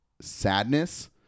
sadness